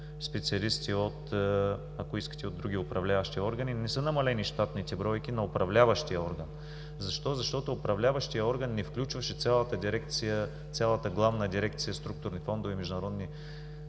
специалисти, ако искате, от други управляващи органи. Не са намалени щатните бройки на управляващия орган. Защо? Защото управляващият орган не включваше цялата Главна дирекция „Структурни фондове и международни